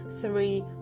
three